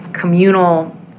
communal